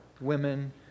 women